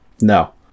No